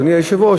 אדוני היושב-ראש,